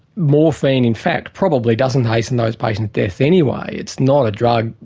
morphine, in fact, probably doesn't hasten those patients' death anyway. it's not a drug,